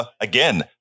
again